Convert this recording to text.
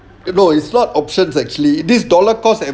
no is not options actually this dollar cost